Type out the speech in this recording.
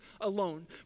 alone